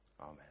amen